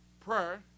Prayer